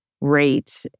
rate